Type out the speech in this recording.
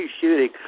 shooting